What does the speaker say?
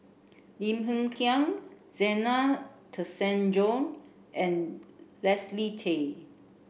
Lim Hng Kiang Zena Tessensohn and Leslie Tay